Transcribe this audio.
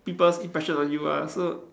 people's impression on you lah so